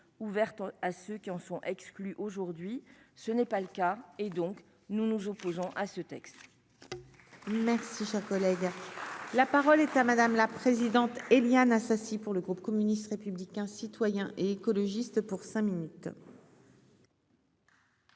ouverte à ceux qui en sont exclus aujourd'hui, ce n'est pas le cas, et donc nous nous opposons à ce texte. Merci, cher collègue, la parole est à madame la. Présidente : Éliane Assassi pour le groupe communiste, républicain, citoyen et écologiste pour cinq minutes.